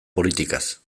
politikaz